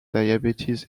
diabetes